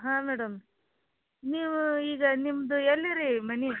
ಹಾಂ ಮೇಡಮ್ ನೀವು ಈಗ ನಿಮ್ಮದು ಎಲ್ಲಿ ರೀ ಮನೆ